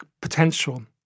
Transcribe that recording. potential